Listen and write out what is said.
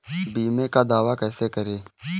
बीमे का दावा कैसे करें?